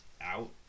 out